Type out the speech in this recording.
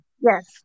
Yes